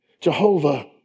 Jehovah